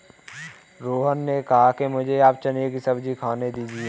रोहन ने कहा कि मुझें आप चने की सब्जी खाने दीजिए